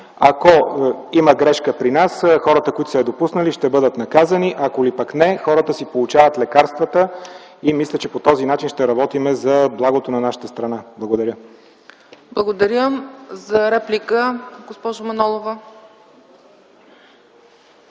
Ако има грешка при нас – хората, които са я допуснали, ще бъдат наказани, ако ли пък не – хората си получават лекарствата, и мисля, че по този начин ще работим за благото на нашата страна. Благодаря. ПРЕДСЕДАТЕЛ ЦЕЦКА ЦАЧЕВА: Благодаря. За реплика, госпожо Манолова.